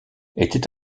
était